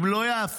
אם לא יהפכו